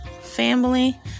family